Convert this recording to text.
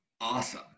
awesome